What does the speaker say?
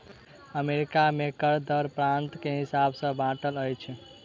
America में कर दर प्रान्त के हिसाब सॅ बाँटल अछि